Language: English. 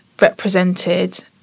represented